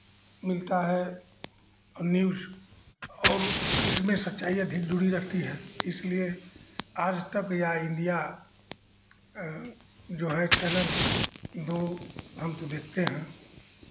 मिलता है न्यूज़ और इसमें सच्चाई अधिक जुड़ी रहती है इसलिए आजतक या इंडिया जो है चैनल दो हम तो देखते हैं